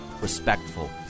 respectful